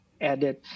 added